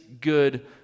good